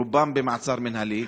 רובם במעצר מינהלי,